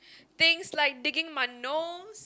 things like digging my nose